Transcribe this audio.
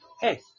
Hey